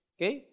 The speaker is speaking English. Okay